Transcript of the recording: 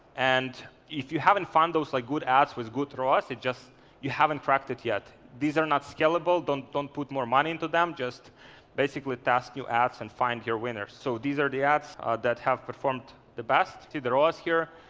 and if you haven't found those like good ads with good roas, it just you haven't tracked it yet. these are not scalable. don't don't put more money into them, just basically task your ads, and find your winners. so these are the ads that have performed the best. to the roas here.